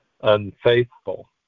unfaithful